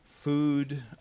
food